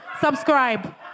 Subscribe